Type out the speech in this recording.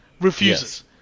Refuses